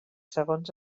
segons